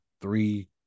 three